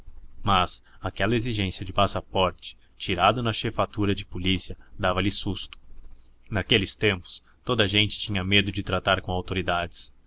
mas aquela exigência de passaporte tirado na chefatura de polícia dava-lhe susto naqueles tempos toda a gente tinha medo de tratar com autoridades